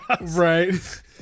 Right